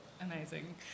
Amazing